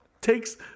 takes